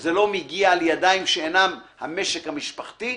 שזה לא מגיע לידיים שאינן המשק המשפחתי,